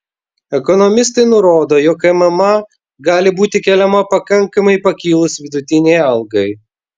ekonomistai nurodo jog mma gali būti keliama pakankamai pakilus vidutinei algai